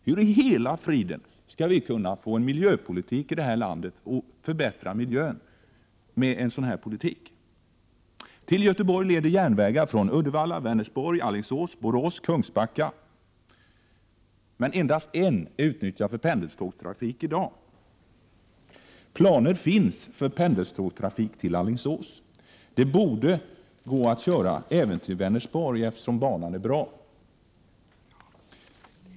Hur i hela friden skall vi kunna få en miljöpolitik i det här landet och förbättra miljön med en sådan politik? Till Göteborg leder järnvägar från Uddevalla, Vänersborg, Alingsås, Borås och Kungsbacka. Men endast en utnyttjas för pendeltågstrafik i dag. Det finns planer på pendeltågstrafik till Alingsås. Det borde gå att köra även till Vänersborg, eftersom den banan är bra.